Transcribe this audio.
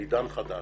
לעידן חדש,